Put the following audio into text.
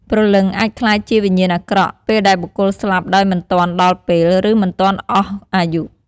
ព្រលឹងអាចក្លាយជាវិញ្ញាណអាក្រក់ ពេលដែលបុគ្គលស្លាប់ដោយមិនទាន់ដល់ពេល ឬមិនទាន់អស់អាយុ។